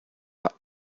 pas